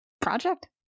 project